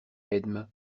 edme